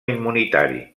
immunitari